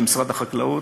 של משרד החקלאות,